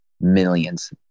millions